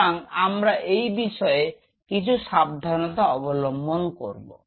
সুতরাং আমরা এই বিষয়ে কিছু সাবধানতা অবলম্বন করব